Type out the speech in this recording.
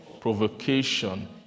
provocation